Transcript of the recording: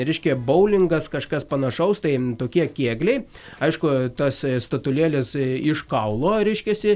reiškia boulingas kažkas panašaus tai tokie kėgliai aišku tas statulėles iš kaulo reiškiasi